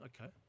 Okay